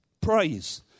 praise